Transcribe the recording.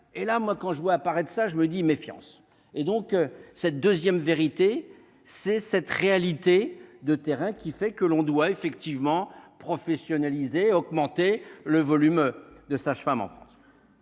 et là, moi, quand je vois apparaître ça je me dis méfiance et donc cette 2ème vérité c'est cette réalité de terrain qui fait que l'on doit effectivement professionnaliser augmenter le volume de sa il y a une